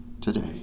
today